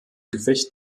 gefecht